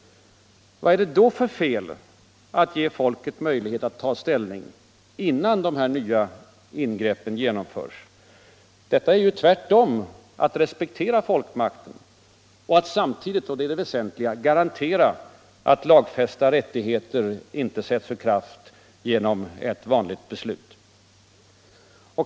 Vad är det då för fel att ge folket möjlighet att ta ställning innan de nya ingreppen vidtas? Nr 150 Detta är tvärtom att respektera folkmakten och att samtidigt — det Fredagen den är det väsentliga — garantera att lagfästa rättigheter inte sätts ur kraft 4 juni 1976 genom ett vanligt beslut.